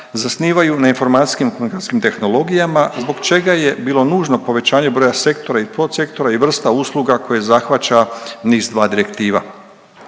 zasnivaju na informacijskim i komunikacijskim tehnologijama zbog čega je bilo nužno povećanje broja sektora i podsektora i vrsta usluga koje zahvaća NIS2 direktiva.